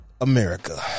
America